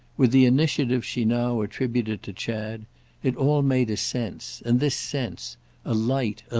with the initiative she now attributed to chad it all made a sense, and this sense a light,